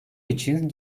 için